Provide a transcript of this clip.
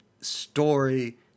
story